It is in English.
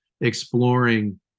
Exploring